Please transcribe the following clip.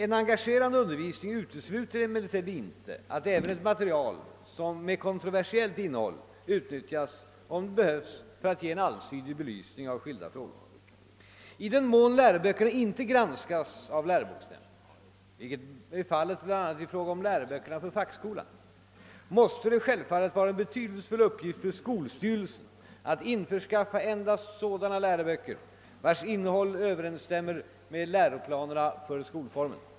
En engagerande undervisning utesluter emellertid inte att även ett material med kontroversiellt innehåll utnyttjas om det behövs för att ge en allsidig belysning av skilda frågor. I den mån läroböckerna inte granskas av läroboksnämnden — vilket är fallet bl.a. i fråga om läroböckerna för fackskolan — måste det självfallet vara en betydelsefull uppgift för skolstyrelsen att införskaffa endast sådana läroböcker vilkas innehåll överensstämmer med läroplanerna för skolformen.